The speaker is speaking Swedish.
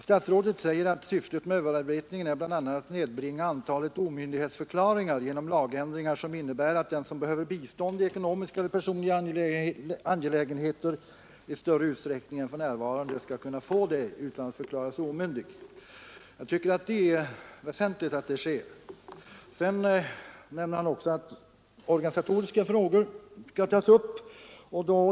Statsrådet säger att syftet med överarbetningen ”är bl.a. att nedbringa antalet omyndighetsförklaringar genom lagändringar som innebär att den som behöver bistånd i ekonomiska eller personliga angelägenheter i större utsträckning än för närvarande skall kunna få det utan att förklaras omyndig”. Jag tycker att det är väsentligt att det sker. Statsrådet Lidbom nämner också att organisatoriska frågor skall tas upp.